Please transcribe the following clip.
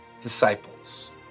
disciples